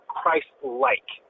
Christ-like